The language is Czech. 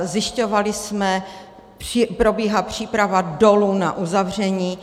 Zjišťovali jsme, probíhá příprava dolu na uzavření.